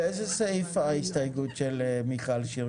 לאיזה סעיף ההסתייגות של מיכל שיר?